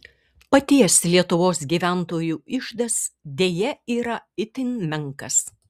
paties lietuvos gyventojų iždas deja yra itin menkas